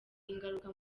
ingaruka